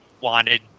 wanted